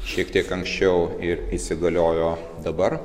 šiek tiek anksčiau ir įsigaliojo dabar